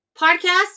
podcast